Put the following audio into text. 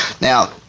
Now